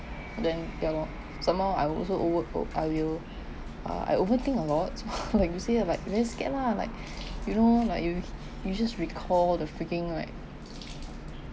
then ya lor somehow I also work uh I will uh I over think a lot like you say like very scared lah like you know like you you just recall the freaking like